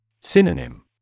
Synonym